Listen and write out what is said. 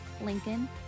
Lincoln